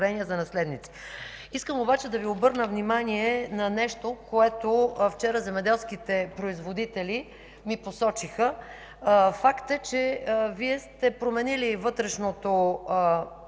Искам обаче да Ви обърна внимание на нещо, което вчера земеделските производители ми посочиха. Факт е, че Вие сте променили вътрешното